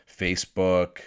Facebook